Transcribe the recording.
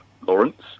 Lawrence